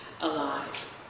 alive